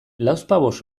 lauzpabost